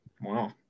wow